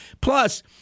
Plus